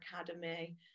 Academy